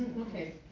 Okay